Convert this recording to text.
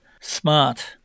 smart